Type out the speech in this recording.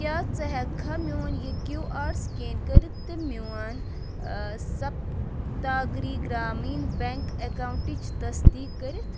کیٛاہ ژٕ ہٮ۪کھا میون یہِ کیوٗ آر سِکین کٔرِتھ تہٕ میون سپتاگِری گرٛامیٖن بیٚنٛک اکاونٹٕچ تصدیٖق کٔرِتھ